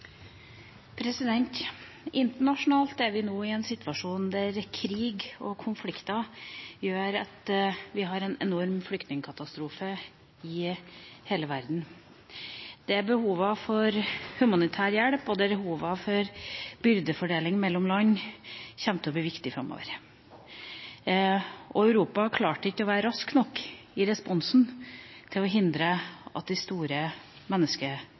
vi nå i en situasjon der krig og konflikter gjør at vi har en enorm flyktningkatastrofe i hele verden, der behovet for humanitær hjelp og for byrdefordeling mellom land kommer til å bli viktig framover. Europa klarte ikke å være rask nok i responsen til å hindre at de store